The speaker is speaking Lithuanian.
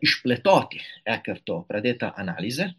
išplėtoti ekerto pradėtą analizę